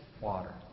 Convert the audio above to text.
water